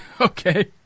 Okay